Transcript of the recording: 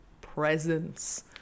presence